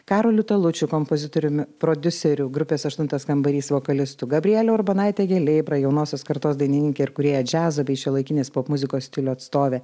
karoliu talučiu kompozitoriumi prodiuserių grupės aštuntas kambarys vokalistu gabrielė urbonaitė geleibra jaunosios kartos dainininkė ir kūrėja džiazo bei šiuolaikinės popmuzikos stilių atstovė